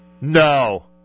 No